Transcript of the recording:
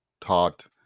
taught